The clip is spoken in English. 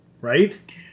right